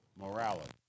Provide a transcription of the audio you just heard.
morality